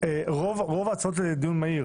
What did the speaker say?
רוב ההצעות לדיון מהיר